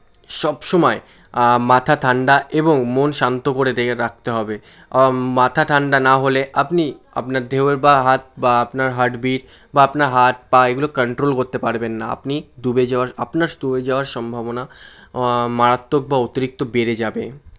সব সময় মাথা ঠান্ডা এবং মন শান্ত করে রাখতে হবে মাথা ঠান্ডা না হলে আপনি আপনার ঢেউয়ের বা হাত বা আপনার হার্ট বিট বা আপনার হাত পা এগুলো কান্ট্রোল করতে পারবেন না আপনি ডুবে যাওয়ার আপনার ডুবে যাওয়ার সম্ভাবনা মারাত্মক বা অতিরিক্ত বেড়ে যাবে